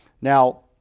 Now